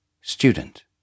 Student